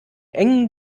engem